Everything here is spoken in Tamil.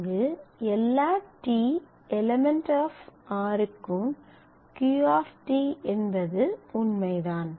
அங்கு எல்லா t € r க்கும் Q என்பது உண்மைதான்